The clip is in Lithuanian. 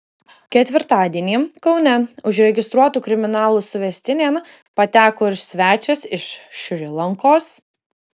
ketvirtadienį kaune užregistruotų kriminalų suvestinėn pateko ir svečias iš šri lankos